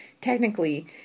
Technically